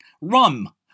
Rum